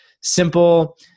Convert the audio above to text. simple